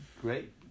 Great